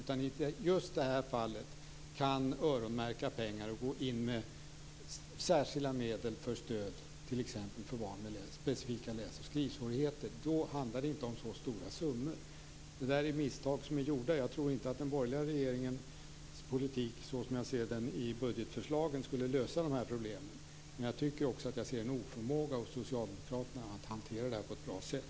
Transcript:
I just det här fallet kan man öronmärka pengar och gå in med särskilda medel för stöd t.ex. för barn med specifika läs och skrivsvårigheter. Då handlar det inte om så stora summor. Det där är misstag som är gjorda. Jag tror inte att en borgerlig regeringspolitik, som jag ser den i budgetförslagen, skulle lösa de här problemen. Men jag tycker också att jag ser en oförmåga hos socialdemokraterna att hantera det här på ett bra sätt.